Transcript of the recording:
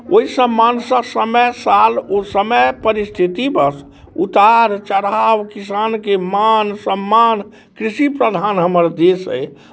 ओहि सम्मानसँ समय साल ओ समय परिस्थितिवश उतार चढ़ाव किसानके मान सम्मान कृषिप्रधान हमर देश अइ